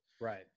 Right